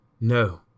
no